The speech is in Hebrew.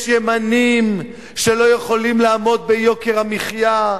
יש ימנים שלא יכולים לעמוד ביוקר המחיה.